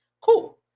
Cool